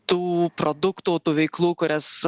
tų produktų tų veiklų kurias